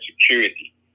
security